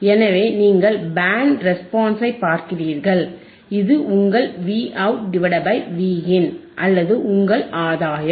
எனவே நீங்கள் பேண்ட் ரெஸ்பான்ஸைப் பார்க்கிறீர்கள் இது உங்கள் Vout Vin அல்லது உங்கள் ஆதாயம்